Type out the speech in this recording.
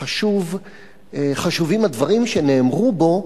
שחשובים הדברים שנאמרו בו,